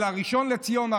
של הראשון לציון,